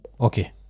Okay